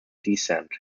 descent